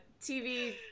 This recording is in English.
TV